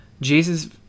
Jesus